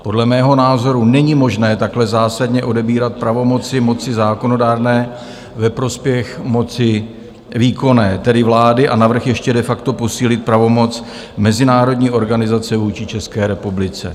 Podle mého názoru není možné takhle zásadně odebírat pravomoci moci zákonodárné ve prospěch moci výkonné, tedy vlády, a navrch ještě de facto posílit pravomoc mezinárodní organizace vůči České republice.